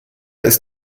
ist